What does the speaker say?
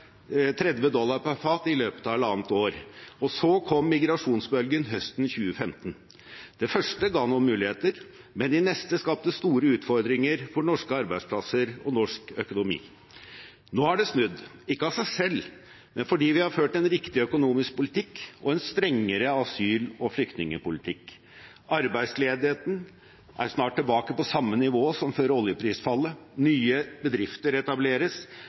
30 dollar per fat i løpet av halvannet år, og så kom migrasjonsbølgen høsten 2015. Det første ga noen muligheter, men de neste skapte store utfordringer for norske arbeidsplasser og norsk økonomi. Nå har det snudd, ikke av seg selv, men fordi vi har ført en riktig økonomisk politikk og en strengere asyl- og flyktningpolitikk. Arbeidsledigheten er snart tilbake på samme nivå som før oljeprisfallet, nye bedrifter etableres,